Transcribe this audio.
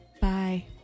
Bye